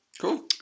cool